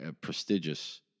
prestigious